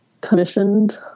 commissioned